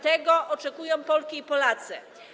Tego oczekują Polki i Polacy.